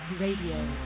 Radio